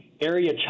area